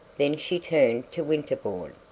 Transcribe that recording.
then she turned to winterbourne.